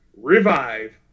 revive